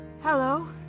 Hello